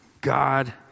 God